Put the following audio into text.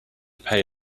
pay